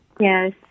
Yes